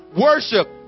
worship